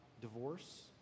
divorce